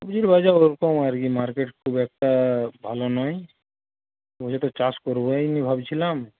সবজির বাজার ওরকম আর কী মার্কেট খুব একটা ভালো নয় সবজিটা চাষ করবই না ভাবছিলাম